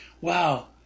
Wow